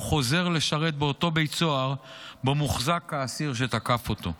הוא חוזר לשרת באותו בית סוהר שבו מוחזק האסיר שתקף אותו.